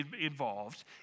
involved